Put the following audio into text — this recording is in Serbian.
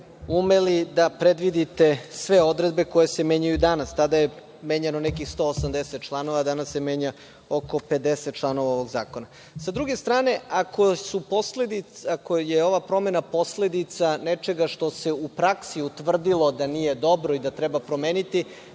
umeli da predvidite sve odredbe koje se menjaju danas. Tada je menjano nekih 180 članova, a danas se menja oko 50 članova ovog zakona. Sa druge strane, ako je ova promena posledica nečega što se u praksi utvrdilo da nije dobro i da treba promeniti,